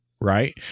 right